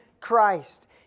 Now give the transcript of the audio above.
Christ